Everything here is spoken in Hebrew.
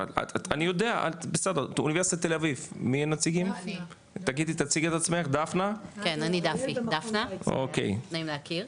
אני דפי, דפנה, נעים להכיר.